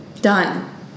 Done